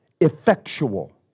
effectual